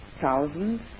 thousands